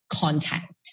contact